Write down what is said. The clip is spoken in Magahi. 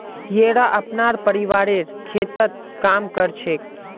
येरा अपनार परिवारेर खेततत् काम कर छेक